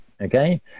okay